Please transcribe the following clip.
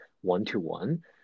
one-to-one